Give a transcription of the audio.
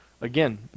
again